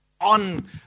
on